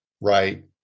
right